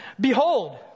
Behold